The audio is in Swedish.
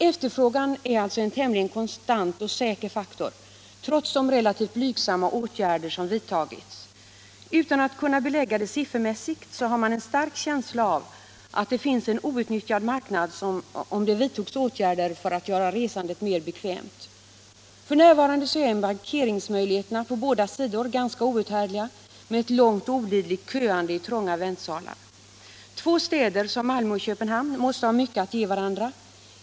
Efterfrågan är alltså en tämligen konstant och säker faktor, trots de relativt blygsamma åtgärder som vidtagits. Utan att kunna belägga det siffermässigt har man en stark känsla av att det finns en outnyttjad marknad, som man kunde nå om det vidtogs åtgärder för att göra resandet mer bekvämt. färjtrafiken över Öresund med ett långt och olidligt köande i trånga väntsalar. Två städer som Malmö och Köpenhamn måste ha mycket att ge varandra.